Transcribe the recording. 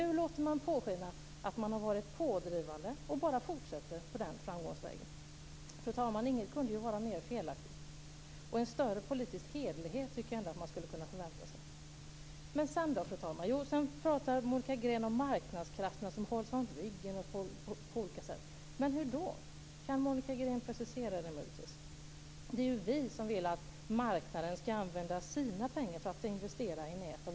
Men nu låter man påskina att man har varit pådrivande och bara fortsätter på den framgångsvägen. Fru talman! Ingenting kunde vara med felaktigt. En större politisk hederlighet tycker jag att man skulle kunna förvänta sig. Sedan talar Monica Green om marknadskrafter som hålls om ryggen på olika sätt. Hur då? Kan Monica Green möjligen precisera det? Det är ju vi som vill att marknaden ska använda sina pengar till att investera i nät av olika slag.